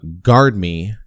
GuardMe